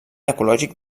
ecològic